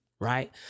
right